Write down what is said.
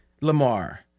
Lamar